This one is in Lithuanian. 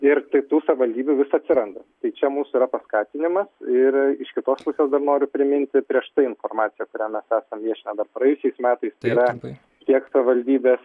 ir kitų savivaldybių vis atsiranda tai čia mūsų yra paskatinimas ir iš kitos pusės noriu priminti prieš tai informaciją kurią mes esam viešinę dar praėjusiais metais tai yra kiek savivaldybės